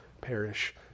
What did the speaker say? perish